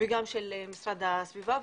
וגם של משרד להגנת הסביבה,